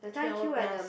three hour plus